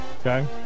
okay